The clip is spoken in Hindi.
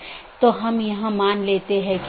ये IBGP हैं और बहार वाले EBGP हैं